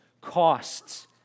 costs